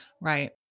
Right